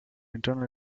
internal